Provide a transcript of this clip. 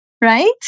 right